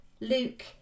Luke